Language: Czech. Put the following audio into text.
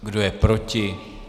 Kdo je proti?